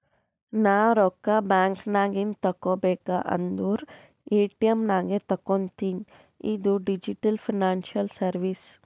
ನಾ ರೊಕ್ಕಾ ಬ್ಯಾಂಕ್ ನಾಗಿಂದ್ ತಗೋಬೇಕ ಅಂದುರ್ ಎ.ಟಿ.ಎಮ್ ನಾಗೆ ತಕ್ಕೋತಿನಿ ಇದು ಡಿಜಿಟಲ್ ಫೈನಾನ್ಸಿಯಲ್ ಸರ್ವೀಸ್